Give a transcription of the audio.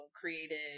created